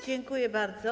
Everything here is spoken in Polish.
Dziękuję bardzo.